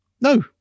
no